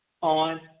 on